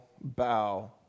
bow